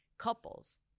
couples